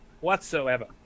whatsoever